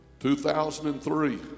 2003